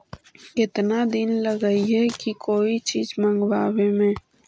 केतना दिन लगहइ कोई चीज मँगवावे में?